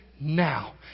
now